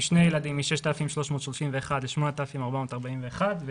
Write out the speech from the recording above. משני ילדים 6,331 ל-8,441 שקלים,